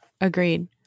Agreed